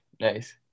Nice